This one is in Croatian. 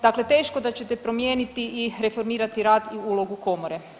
Dakle, teško da ćete promijeniti i reformirati rad i ulogu komore.